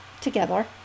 together